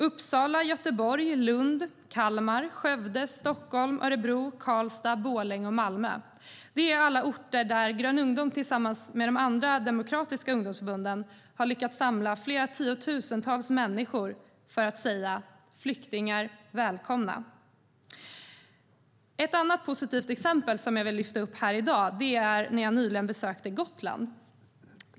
Uppsala, Göteborg, Lund, Kalmar, Skövde, Stockholm, Örebro, Karlstad, Borlänge och Malmö är orter där Grön ungdom tillsammans med de andra demokratiska ungdomsförbunden har lyckats samla flera tiotusentals människor för att säga: Flyktingar - välkomna! Ett annat positivt exempel som jag vill lyfta upp i dag är från när jag nyligen besökte Gotland.